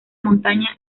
montaña